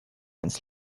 ins